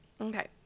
okay